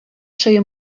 чий